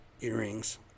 earrings